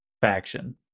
faction